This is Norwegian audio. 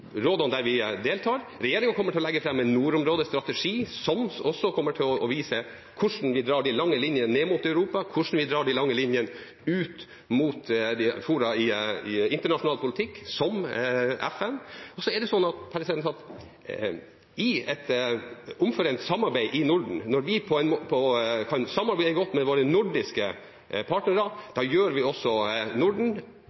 vi deltar i. Regjeringen kommer til å legge fram en nordområdestrategi, som også kommer til å vise hvordan vi drar de lange linjene ned til Europa, hvordan vi drar de lange linjene ut mot fora i internasjonal politikk, som FN. Så er det slik at i et omforent samarbeid i Norden, når vi kan samarbeide godt med våre nordiske partnere,